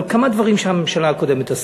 אבל כמה דברים הממשלה הקודמת עשתה.